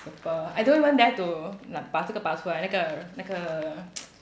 super I don't even dare to like 把这个拔出来那个那个